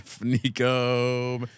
Nico